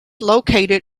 located